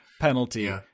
penalty